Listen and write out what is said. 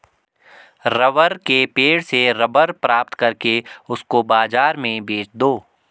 rubber के पेड़ से रबर प्राप्त करके उसको बाजार में बेच दो